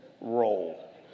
roll